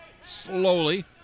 slowly